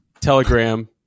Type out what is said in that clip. Telegram